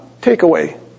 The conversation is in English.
takeaway